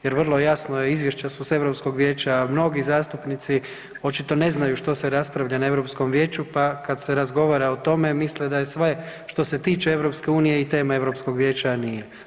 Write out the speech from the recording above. Jer vrlo jasno je izvješća su s Europskog vijeća mnogi zastupnici očito ne znaju što se raspravlja na Europskom vijeću pa kad se razgovara o tome misle da je sve što se tiče EU i tema Europskog vijeća a nije.